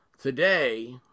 Today